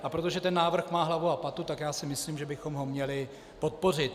A protože ten návrh má hlavu a patu, tak si myslím, že bychom ho měli podpořit.